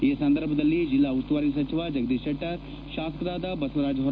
ಈ ಸಂದರ್ಭದಲ್ಲಿ ಜಿಲ್ಲಾ ಉಸ್ತುವಾರಿ ಸಚಿವ ಜಗದೀಶ್ ಶೆಟ್ಟರ್ ಶಾಸಕರಾದ ಬಸವರಾಜ ಹೊರಟ್ಟಿ